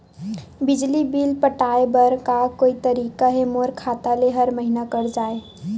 बिजली बिल पटाय बर का कोई तरीका हे मोर खाता ले हर महीना कट जाय?